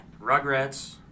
Rugrats